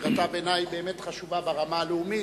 שנראתה בעיני באמת חשובה ברמה הלאומית,